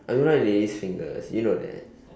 I don't like lady's fingers you know that